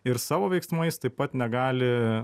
ir savo veiksmais taip pat negali